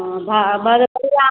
हॅं भदबरिया